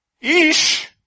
Ish